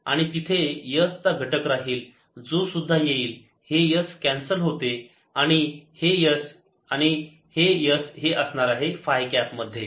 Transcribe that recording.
आणि तिथे s चा घटक राहील जो सुद्धा येईल हे s कॅन्सल होते हे s आणि हे असणार आहे फाय कॅप मध्ये